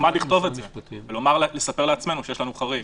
נחמד לכתוב את זה ולספר לעצמנו שיש חריג,